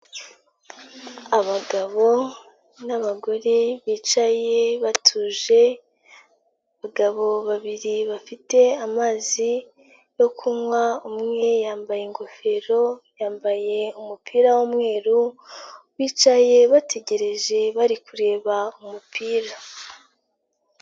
Abagabo n'abagore bicaye batuje, abagabo babiri bafite amazi yo kunywa, umwe yambaye ingofero, yambaye umupira w'umweru, bicaye bategereje bari kureba umupira.